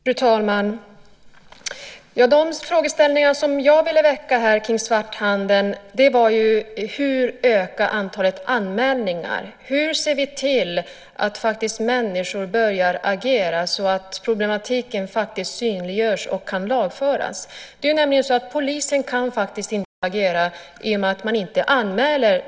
Fru talman! De frågeställningar som jag ville väcka kring svarthandeln var: Hur ska vi öka antalet anmälningar? Hur ser vi till att människor börjar agera så att problematiken synliggörs och kan lagföras? Polisen kan nämligen inte agera i och med att brotten inte anmäls.